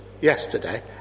yesterday